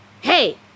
Hey